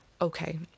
okay